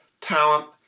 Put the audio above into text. talent